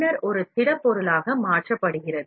பின்னர் தேவையான முன்மாதிரி வெளியீட்டைப் பெறலாம்